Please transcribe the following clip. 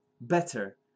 better